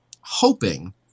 hoping